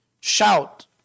Shout